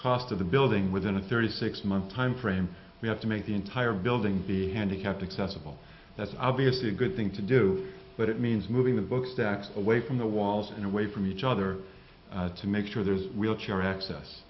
cost of the building within a thirty six month time frame we have to make the entire building be handicapped accessible that's obviously a good thing to do but it means moving the books stacked away from the walls and away from each other to make sure there's wheelchair access